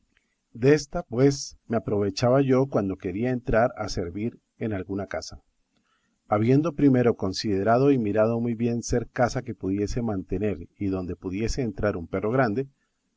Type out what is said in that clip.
de los pecados désta pues me aprovechaba yo cuando quería entrar a servir en alguna casa habiendo primero considerado y mirado muy bien ser casa que pudiese mantener y donde pudiese entrar un perro grande